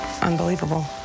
Unbelievable